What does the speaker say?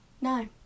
No